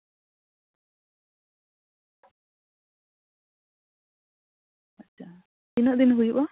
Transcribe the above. ᱟᱪᱪᱷᱟ ᱛᱤᱱᱟᱹᱜ ᱫᱤᱱ ᱦᱩᱭᱩᱜᱼᱟ